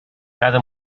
cada